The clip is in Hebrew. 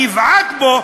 אני אבעט בו,